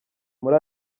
muri